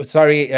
Sorry